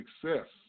success